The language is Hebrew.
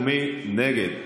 מי נגד?